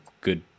good